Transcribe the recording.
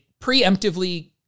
preemptively